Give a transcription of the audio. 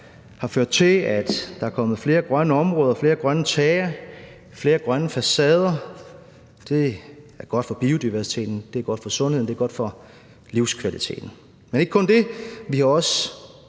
har ført til, at der er kommet flere grønne områder, flere grønne tage, flere grønne facader. Det er godt for biodiversiteten, det er godt for sundheden, det er godt for livskvaliteten. Kl. 15:45 Men det er ikke kun det. Vi har også